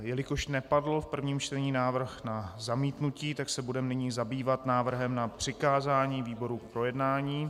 Jelikož nepadl v prvním čtení návrh na zamítnutí, budeme se nyní zabývat návrhem na přikázání výboru k projednání.